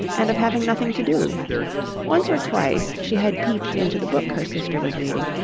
and of having nothing to do once or twice she had peeped into the book her sister was reading,